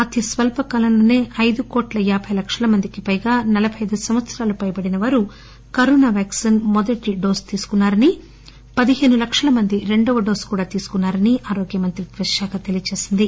అతి స్పల్సకాలంలోనే అయిదు కోట్ల యాబై లక్షల మందికిపైగా నలబై అయిదు సంవత్సరాలు పైబడిన వారు కరోనా వ్యాక్సిన్ మొదటి డోసు తీసుకున్నారని పదిహాను లక్షల మంది రెండవ డోస్ కూడా తీసుకున్నారని ఆరోగ్య మంత్రిత్వ శాఖ తెలియజేసింది